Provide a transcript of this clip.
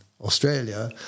Australia